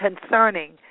concerning